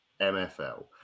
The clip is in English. mfl